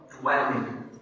dwelling